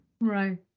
right